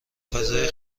فضای